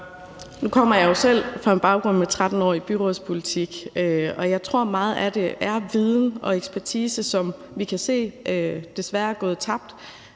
Nu kommer jeg jo selv med en baggrund på 13 år i byrådspolitik, og jeg tror, at meget af det handler om viden og ekspertise, som vi kan se desværre er gået tabt.